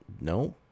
No